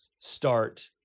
start